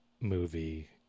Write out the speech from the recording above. movie